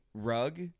rug